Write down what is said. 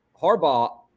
Harbaugh